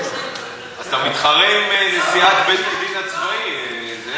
אתה מתחרה עם נשיאת בית-הדין הצבאי, זאב.